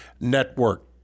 Network